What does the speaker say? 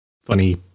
funny